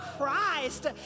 Christ